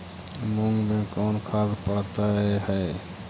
मुंग मे कोन खाद पड़तै है?